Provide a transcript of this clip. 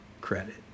credit